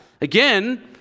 Again